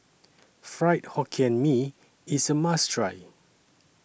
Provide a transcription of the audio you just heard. Fried Hokkien Mee IS A must Try